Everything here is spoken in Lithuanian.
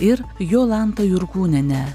ir jolanta jurkūniene